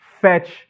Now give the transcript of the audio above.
fetch